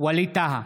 ווליד טאהא,